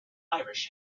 irish